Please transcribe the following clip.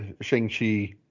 Shang-Chi